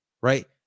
right